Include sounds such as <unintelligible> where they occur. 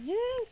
<unintelligible>